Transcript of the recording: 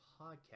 podcast